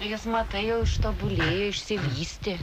jis matai jau ištobulėjo išsivystė